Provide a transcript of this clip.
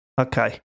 okay